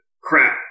Crap